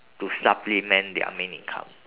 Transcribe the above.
to supplement their main income